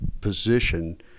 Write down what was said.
position